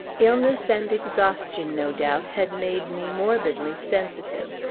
illness and exhaustion, no doubt, had made me morbidly sensitive.